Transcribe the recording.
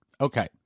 Okay